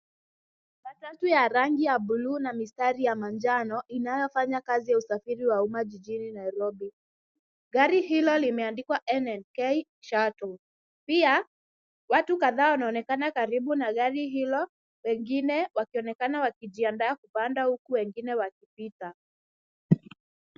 Matatu ya rangi ya bluu na mistari ya manjano inayofanya kazi ya usafiri wa umma jijini Nairobi. Gari hilo limeandikwa (cs)N and K shuttle(cs), pia, watu kadhaa wanaonekana karibu na gari hilo wengine wakionekana kupanda au wengine wakipita.